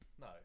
No